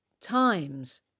times